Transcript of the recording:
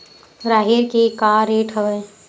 राहेर के का रेट हवय?